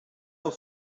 hau